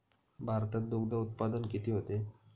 भारतात दुग्धउत्पादन किती होते?